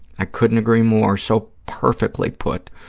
i couldn't agree more, so perfectly put.